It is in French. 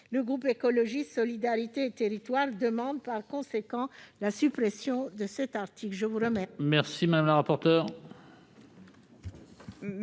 Le groupe Écologiste - Solidarité et Territoires demande par conséquent la suppression de cet article.